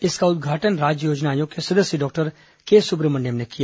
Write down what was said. इसका उद्घाटन राज्य योजना आयोग के सदस्य डॉक्टर के सुब्रमण्यम ने किया